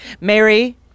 Mary